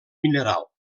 mineral